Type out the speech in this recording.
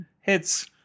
hits